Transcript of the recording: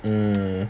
mm